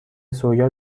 سویا